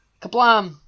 Kablam